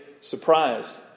surprise